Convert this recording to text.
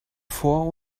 vor